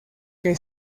que